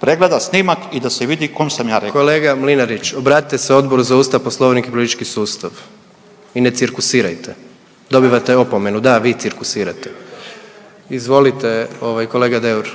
pregleda snimak i da se vidi kom sam ja rekao. **Jandroković, Gordan (HDZ)** Kolega Mlinarić, obratite se Odboru za Ustav, Poslovnik i politički sustav i ne cirkusirajte! Dobivate opomenu. Da, vi cirkusirate. Izvolite kolega Deur.